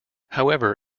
however